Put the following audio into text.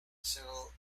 several